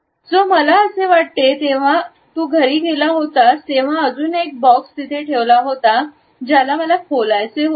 जो मला असे वाटते जेव्हा तू घरी गेला होतास तेव्हा अजून एक बॉक्स तिथे ठेवला होता ज्याला मला खोलायचे होते